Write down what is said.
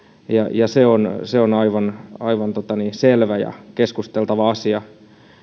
ja se on se on aivan aivan selvä ja keskusteltava asia